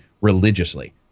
religiously